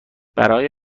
برای